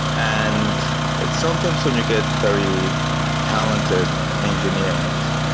and sometimes when you get very talented engineers,